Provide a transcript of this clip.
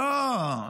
לא,